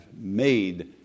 made